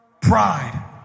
Pride